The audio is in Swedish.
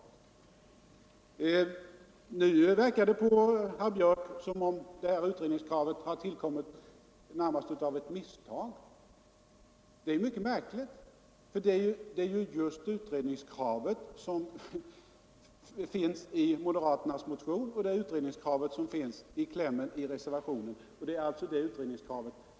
Nu verkar det på herr Björck som om detta utredningskrav har tillkommit närmast av ett misstag. Det är mycket märkligt, eftersom det som framförs i moderaternas motion och i reservationens kläm är just detta utredningskrav.